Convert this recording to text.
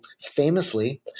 famously